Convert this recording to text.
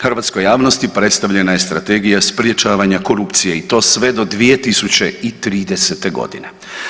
Hrvatskoj javnosti predstavljena je Strategija sprječavanja korupcije i to sve do 2030. godine.